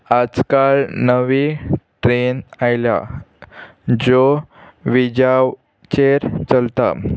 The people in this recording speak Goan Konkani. आज काल नवी ट्रेन आयल्या ज्यो विजा चेर चलता